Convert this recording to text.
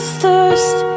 thirst